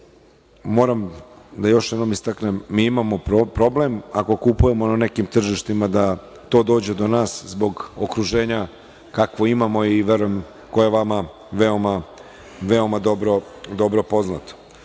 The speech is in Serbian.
moram da još jednom istaknem, mi imamo problem ako kupujemo na nekim tržištima da to dođe do nas zbog okruženja kakvo imamo i verujem koje je vama veoma, veoma